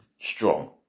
strong